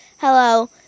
Hello